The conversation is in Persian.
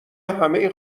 همه